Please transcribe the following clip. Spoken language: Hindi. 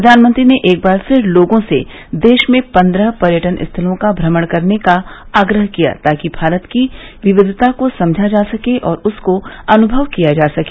प्रधानमंत्री ने एक बार फिर लोगों से देश में पन्द्रह पर्यटन स्थलों का ग्रमण करने का आग्रह किया ताकि भारत की विविधता को समझा जा सके और उसको अनुभव किया जा सके